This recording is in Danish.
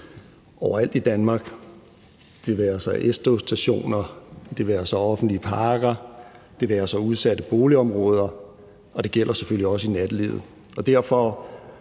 overalt i Danmark – det være sig på S-togsstationer, i offentlige parker eller i udsatte boligområder, og det gælder selvfølgelig også i nattelivet. Derfor